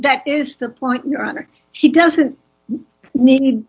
that is the point your honor he doesn't need